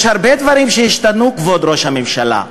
יש הרבה דברים שהשתנו, כבוד ראש הממשלה.